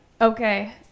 Okay